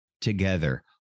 together